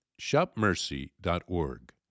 shopmercy.org